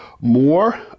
more